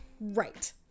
Right